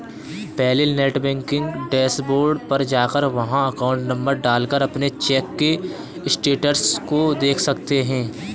पहले net banking dashboard पर जाकर वहाँ अकाउंट नंबर डाल कर अपने चेक के स्टेटस को देख सकते है